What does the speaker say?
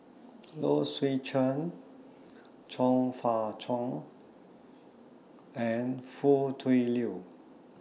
Low Swee Chen Chong Fah Cheong and Foo Tui Liew